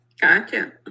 Gotcha